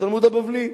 התלמוד הבבלי.